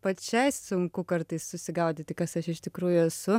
pačiai sunku kartais susigaudyti kas aš iš tikrųjų esu